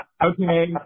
Okay